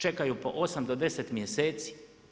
Čekaju po 8 do 10 mjeseci.